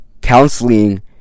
counseling